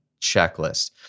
checklist